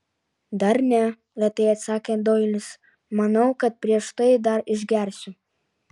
dar ne lėtai atsakė doilis manau kad prieš tai dar išgersiu